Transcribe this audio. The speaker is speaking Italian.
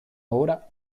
ora